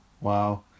Wow